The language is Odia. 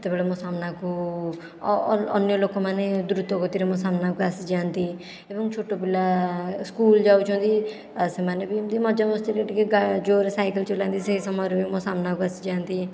ସେତେବେଳେ ମୋ' ସାମ୍ନାକୁ ଅନ୍ୟ ଲୋକମାନେ ଦ୍ରୁତ ଗତିରେ ମୋ' ସାମ୍ନାକୁ ଆସିଯାଆନ୍ତି ଏବଂ ଛୋଟ ପିଲା ସ୍କୁଲ୍ ଯାଉଛନ୍ତି ସେମାନେ ବି ସେମିତି ମଜା ମସ୍ତିରେ ଟିକିଏ ଜୋର୍ରେ ସାଇକେଲ ଚଲାନ୍ତି ସେ ସମୟରେ ବି ମୋ' ସାମ୍ନାକୁ ଆସିଯାଆନ୍ତି